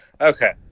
Okay